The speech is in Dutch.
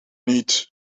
niet